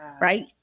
Right